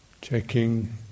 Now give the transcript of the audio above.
checking